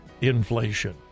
inflation